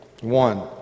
One